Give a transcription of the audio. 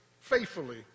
faithfully